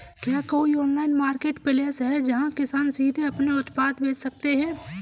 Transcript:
क्या कोई online marketplace है जहाँ किसान सीधे अपने उत्पाद बेच सकते हैं?